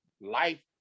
life